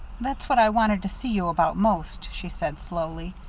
that's what i wanted to see you about most, she said slowly.